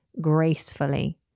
Gracefully